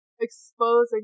exposing